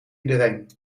iedereen